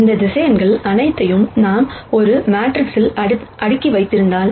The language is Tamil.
இந்த வெக்டர்ஸ் அனைத்தையும் நாம் ஒரு மேட்ரிக்ஸில் அடுக்கி வைத்திருந்தால்